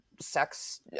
sex